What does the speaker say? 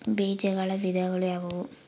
ಬೇಜಗಳ ವಿಧಗಳು ಯಾವುವು?